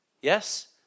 Yes